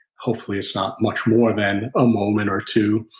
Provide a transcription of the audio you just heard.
hopefully it's not much more than a moment or two,